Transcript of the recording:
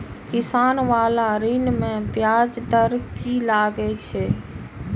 किसान बाला ऋण में ब्याज दर कि लागै छै?